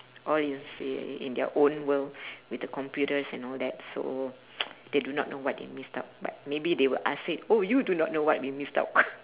all you see in their own world with the computers and all that so they do not know what they missed out but maybe they will ask said oh you do not know what we missed out